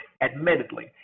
admittedly